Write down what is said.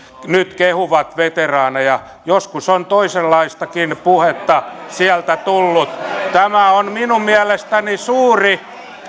nyt kehuvat veteraaneja joskus on toisenlaistakin puhetta sieltä tullut tämä on minun mielestäni suuri